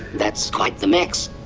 that's quite the mix.